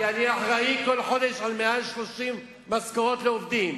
כי אני אחראי כל חודש על יותר מ-30 משכורות לעובדים,